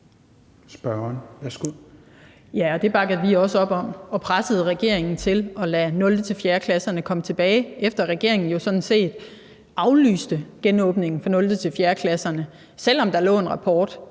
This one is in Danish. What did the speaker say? (V): Det bakkede vi også op om og pressede regeringen til at lade 0.-4. klasserne komme tilbage, efter at regeringen jo sådan set aflyste genåbningen for 0.-4. klasserne, selv om der lå en rapport